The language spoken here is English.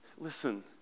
listen